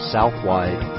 Southwide